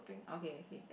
okay okay